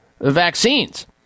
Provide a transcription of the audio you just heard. vaccines